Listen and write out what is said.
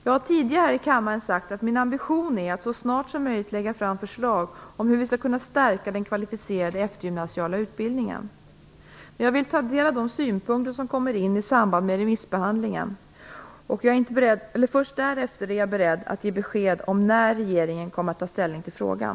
Jag har tidigare här i kammaren sagt att min ambition är att så snart som möjligt lägga fram förslag om hur vi skall kunna stärka den kvalificerade eftergymnasiala utbildningen. Jag vill ta del av de synpunkter som kommer in i samband med remissbehandlingen. Först därefter är jag beredd att ge besked om när regeringen kommer att ta ställning till frågan.